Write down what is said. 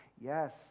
yes